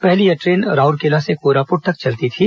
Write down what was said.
पहले यह ट्रेन राउरकेला से कोरापुट तक चलती थी